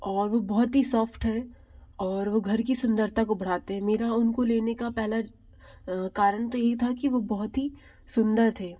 और वो बहुत ही सॉफ्ट है और वो घर की सुंदरता को बढ़ाते हैं मेरा उनको लेने का पहला कारण तो ही था कि वह बहुत ही सुंदर थे